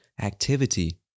activity